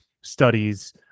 studies